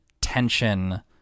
tension